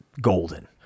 golden